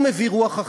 הוא מביא רוח אחרת.